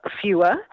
fewer